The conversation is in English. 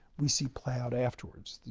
we see playout afterwards.